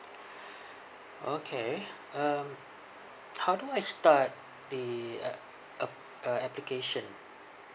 okay um how do I start the uh ap~ uh application